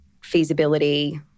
feasibility